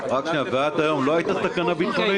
ועד היום לא הייתה סכנה ביטחונית?